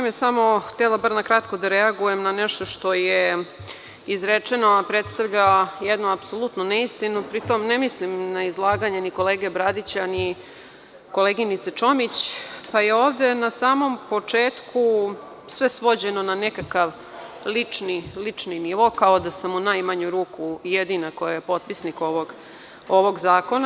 Htela sam bar na kratko da reagujem na nešto što je izrečeno a predstavlja jednu apsolutnu neistinu, pri tom ne mislim na izlaganje kolege Bradića ni koleginice Čomić, pa je ovde na samom početku sve svođeno na nekakav lični nivo, kao da sam u najmanju ruku jedina koja je potpisnik ovog zakona.